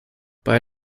bei